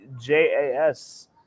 JAS